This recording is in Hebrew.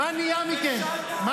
מה